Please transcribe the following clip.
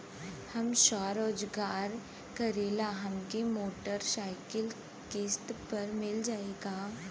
हम स्वरोजगार करीला हमके मोटर साईकिल किस्त पर मिल जाई का?